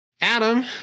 Adam